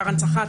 אתר הנצחה,